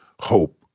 hope